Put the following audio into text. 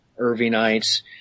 Irvingites